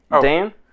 dan